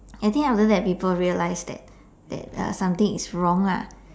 I think after that people realize that that uh something is wrong lah